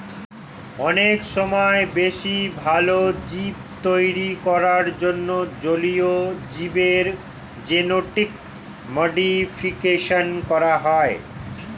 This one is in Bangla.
অনেক সময় বেশি ভালো জীব তৈরী করার জন্যে জলীয় জীবের জেনেটিক মডিফিকেশন করা হয়